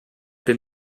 been